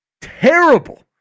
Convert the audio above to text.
terrible –